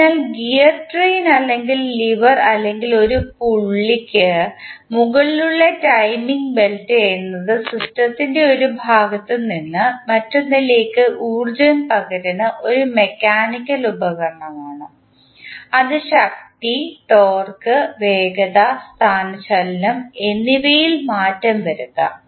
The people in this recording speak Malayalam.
അതിനാൽ ഗിയർ ട്രെയിൻ അല്ലെങ്കിൽ ലിവർ അല്ലെങ്കിൽ ഒരു പുള്ളിക്ക് മുകളിലുള്ള ടൈമിംഗ് ബെൽറ്റ് എന്നത് സിസ്റ്റത്തിൻറെ ഒരു ഭാഗത്ത് നിന്ന് മറ്റൊന്നിലേക്ക് ഊർജ്ജം പകരുന്ന ഒരു മെക്കാനിക്കൽ ഉപകരണമാണ് അത് ശക്തി ടോർക്ക് വേഗത സ്ഥാനചലനം എന്നി വയിൽ മാറ്റം വരുത്താം